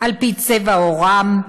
על פי צבע עורם,